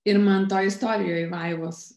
ir man toj istorijoj vaivos